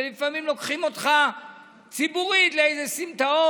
ולפעמים לוקחים אותך ציבורית לסמטאות